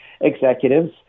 executives